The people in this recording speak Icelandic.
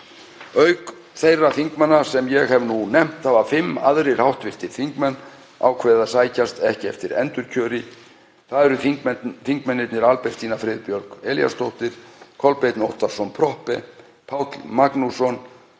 Auk þeirra þingmanna sem ég hef nú nefnt hafa fimm aðrir hv. þingmenn ákveðið að sækjast ekki eftir endurkjöri. Það eru þingmennirnir Albertína Friðbjörg Elíasdóttir, Kolbeinn Óttarsson Proppé, Páll Magnússon,